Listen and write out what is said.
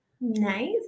Nice